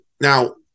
now